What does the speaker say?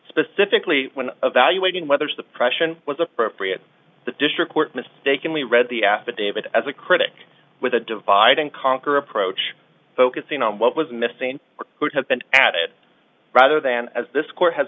specifically when evaluating whether suppression was appropriate the district court mistakenly read the affidavit as a critic with a divide and conquer approach focusing on what was missing or who have been at it rather than as this court has